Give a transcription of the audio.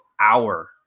hour